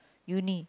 uni